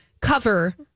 cover